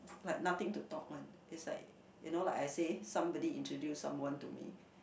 like nothing to talk one is like you know like I say somebody introduce someone to me